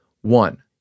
One